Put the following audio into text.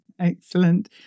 Excellent